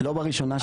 לא בראשונה שלי.